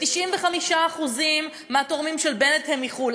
ו-95% מהתורמים של בנט הם מחו"ל.